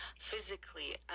physically